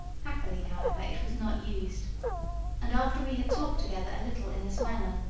happily however it was not used and, after we had talked together a little in this manner,